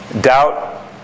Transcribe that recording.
Doubt